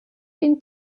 ihn